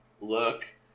look